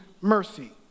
mercy